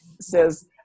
says